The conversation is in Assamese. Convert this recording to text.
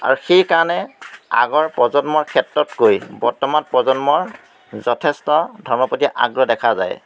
আৰু সেইকাৰণে আগৰ প্ৰজন্মৰ ক্ষেত্ৰতকৈ বৰ্তমান প্ৰজন্মৰ যথেষ্ট ধৰ্মৰ প্ৰতি আগ্ৰহ দেখা যায়